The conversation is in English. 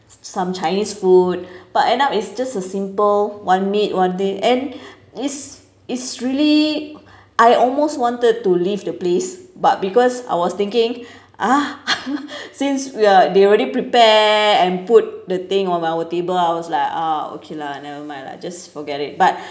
some chinese food but end up it's just a simple one made one day and it's it's really I almost wanted to leave the place but because I was thinking ah since we are they already prepare and put the thing on our table I was like ah okay lah never mind lah just forget it but